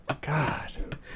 God